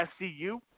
SCU